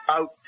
Out